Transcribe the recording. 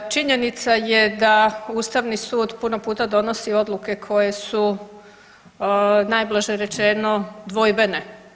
Činjenica je da Ustavni sud puno puta donosi odluke koje su najblaže rečeno dvojbene.